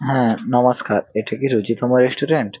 হ্যাঁ নমস্কার এটা কি রুচিতমা রেস্টুরেন্ট